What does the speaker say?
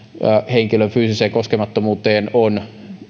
henkilön fyysiseen koskemattomuuteen on